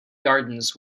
gardens